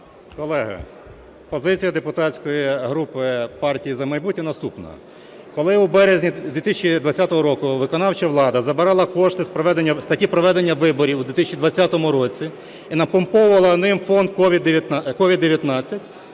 Колеги, позиція депутатської групи "Партії "За майбутнє" наступна. Коли у березні 2020 року виконавча влада забирала кошти зі статті "Проведення виборів у 2020 році" і напомповувала ним Фонд COVID-19,